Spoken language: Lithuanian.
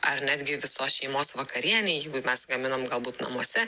ar netgi visos šeimos vakarienė jeigu mes gaminom galbūt namuose